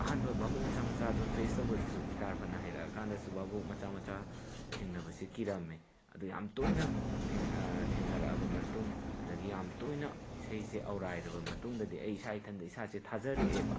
ꯑꯍꯥꯟꯕ ꯚꯥꯕꯣꯛ ꯃꯆꯥ ꯃꯆꯥꯗꯣ ꯐꯦꯁ ꯇꯧꯕꯁꯤꯁꯨ ꯒꯤꯇꯥꯔ ꯐꯅ ꯍꯩꯔꯛꯑꯀꯥꯟꯗꯁꯨ ꯚꯥꯕꯣꯛ ꯃꯆꯥ ꯃꯆꯥ ꯊꯦꯡꯅꯕꯁꯤ ꯀꯤꯔꯝꯃꯦ ꯑꯗꯣ ꯌꯥꯝ ꯇꯣꯏꯅ ꯊꯦꯡꯅꯔꯛꯑꯕ ꯃꯇꯨꯡ ꯑꯗꯒꯤ ꯌꯥꯝ ꯇꯣꯏꯅ ꯏꯁꯩꯁꯦ ꯑꯧꯔꯥꯏꯔꯕ ꯃꯇꯨꯡꯗꯗꯤ ꯑꯩ ꯏꯁꯥ ꯏꯊꯟꯇ ꯏꯁꯥꯁꯦ ꯊꯥꯖꯔꯛꯑꯦꯕ